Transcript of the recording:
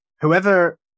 whoever